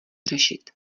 řešit